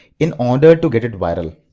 in order to get it viral.